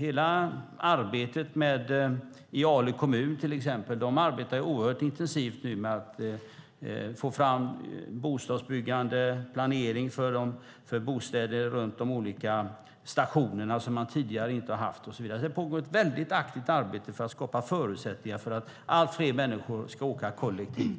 I Ale kommun arbetar man nu intensivt med att få fram bostadsbyggande och planering för bostäder runt de nya stationerna. Det pågår alltså ett väldigt aktivt arbete för att skapa förutsättningar för att allt fler människor ska åka kollektivt